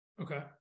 Okay